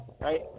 right